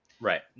Right